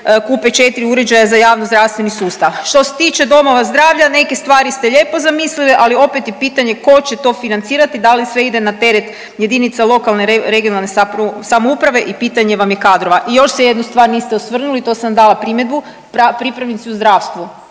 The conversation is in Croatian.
kupe 4 uređaja za javnozdravstveni sustav. Što se tiče domova zdravlja, neke stvari ste lijepo zamislili, ali opet je pitanje tko će to financirati, da li sve ide na teret jedinice lokalne i regionalne samouprave i pitanje vam je kadrova. I još se jednu stvar niste osvrnuli, to sam dala primjedbu, pripravnici u zdravstvu.